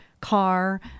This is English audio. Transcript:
car